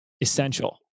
essential